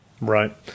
Right